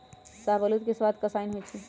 शाहबलूत के सवाद कसाइन्न होइ छइ